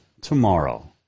tomorrow